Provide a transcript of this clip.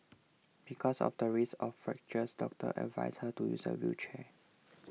because of the risk of fractures doctors advised her to use a wheelchair